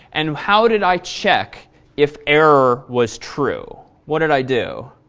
and how did i check if error was true? what did i do?